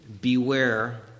Beware